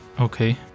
Okay